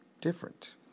different